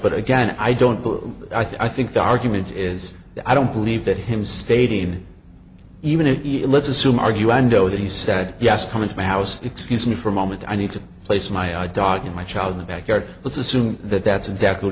but again i don't do i think the argument is that i don't believe that him stating even if you let's assume argue endo that he said yes come into my house excuse me for a moment i need to place my our dog and my child in the backyard let's assume that that's exactly